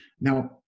Now